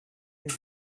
his